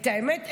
את האמת,